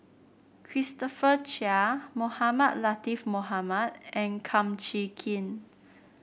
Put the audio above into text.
Christopher Chia Mohamed Latiff Mohamed and Kum Chee Kin